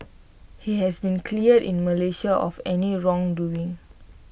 he has been cleared in Malaysia of any wrongdoing